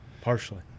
partially